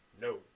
No